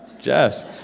Jess